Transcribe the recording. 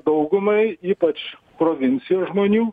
daugumai ypač provincijoj žmonių